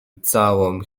całą